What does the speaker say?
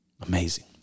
Amazing